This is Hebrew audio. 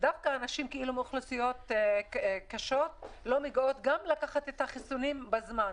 דווקא נשים מאוכלוסיות קשות לקחת את החיסונים בזמן.